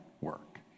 work